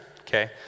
okay